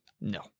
No